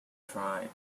tried